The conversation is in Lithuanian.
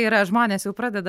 yra žmonės jau pradeda